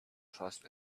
trust